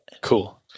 Cool